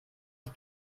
die